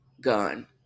gun